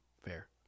Fair